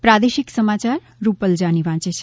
પ્રાદેશિક સમાયાર રૂપલ જાની વાંચે છે